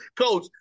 Coach